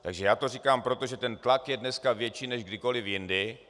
Takže já to říkám proto, že ten tlak je dneska větší než kdykoli jindy.